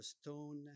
stone